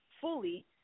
fully